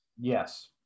Yes